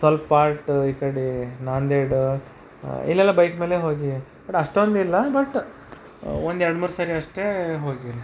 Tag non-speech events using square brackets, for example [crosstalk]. ಸ್ವಲ್ಪ [unintelligible] ಈ ಕಡೆ ನಾಂದೇಡ್ ಇಲ್ಲೆಲ್ಲ ಬೈಕ್ ಮೇಲೆ ಹೋಗೀವಿ ಬಟ್ ಅಷ್ಟೊಂದಿಲ್ಲ ಬಟ್ ಒಂದು ಎರಡ್ಮೂರು ಸರಿ ಅಷ್ಟೇ ಹೋಗೀನಿ